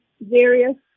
various